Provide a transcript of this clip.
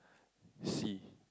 see